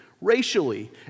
racially